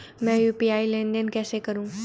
मैं यू.पी.आई लेनदेन कैसे करूँ?